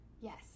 Yes